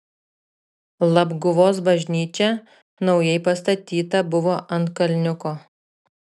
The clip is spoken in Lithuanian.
labguvos bažnyčia naujai pastatyta buvo ant kalniuko